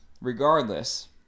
Regardless